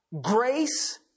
grace